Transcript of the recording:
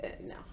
no